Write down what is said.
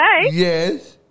Yes